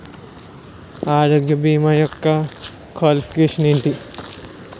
ఆరోగ్య భీమా యెక్క క్వాలిఫికేషన్ ఎంటి?